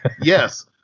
Yes